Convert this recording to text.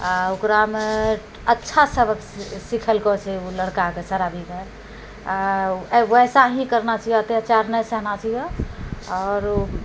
आओर ओकरामे अच्छा सबक सिखेलकै से ओ लड़का शराबीके आओर वइसा ही करना चाहिअऽ अत्याचार नहि सहना चाहिअऽ आओर